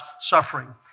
suffering